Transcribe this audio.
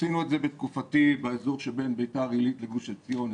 עשינו את זה בתקופתי באזור שבין ביתר עילית לגוש עציון,